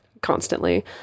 Constantly